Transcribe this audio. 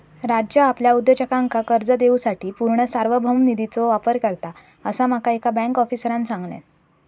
राज्य आपल्या उद्योजकांका कर्ज देवूसाठी पूर्ण सार्वभौम निधीचो वापर करता, असा माका एका बँक आफीसरांन सांगल्यान